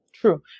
true